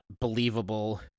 believable